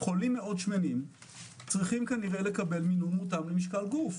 חולים מאוד שמנים צריכים כנראה לקבל מינון מותאם למשקל גוף.